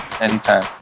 anytime